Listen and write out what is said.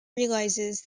realizes